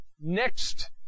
next